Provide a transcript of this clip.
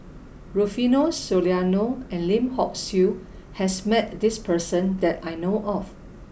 Rufino Soliano and Lim Hock Siew has met this person that I know of